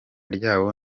ryabo